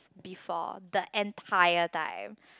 before the entire dime